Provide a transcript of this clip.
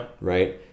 right